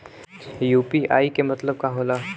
UPI के मतलब का होला?